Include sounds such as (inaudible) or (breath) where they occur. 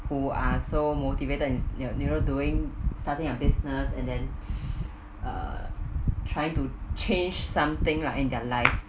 who are so motivated in nearer doing starting a business and then (breath) err trying to change something like in their life